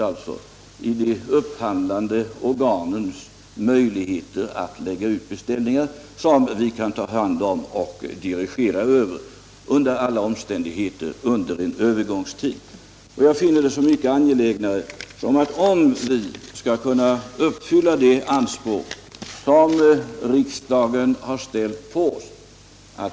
Det är fråga om de upphandlande organens möjligheter att lägga ut beställningar som vi kan ta hand om och dirigera över i varje fall under en övergångstid. Jag finner det angeläget för att vi skall kunna uppfylla de anspråk som riksdagen har ställt på oss.